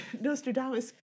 Nostradamus